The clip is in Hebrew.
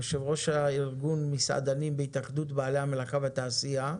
יושבת-ראש ארגון מסעדנים בהתאחדות בעלי המלאכה והתעשייה,